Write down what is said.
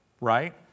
right